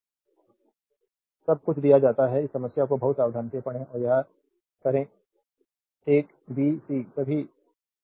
देखें slide time 3339 सब कुछ दिया जाता है इस समस्या को बहुत सावधानी से पढ़ें और यह करें एक बी सी सभी सभी सी डी 4 कनेक्शन हैं